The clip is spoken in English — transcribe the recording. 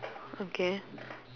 okay